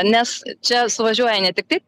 nes čia suvažiuoja ne tik tai